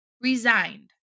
resigned